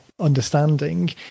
understanding